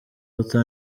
luther